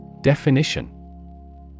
Definition